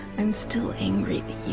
i'm still angry.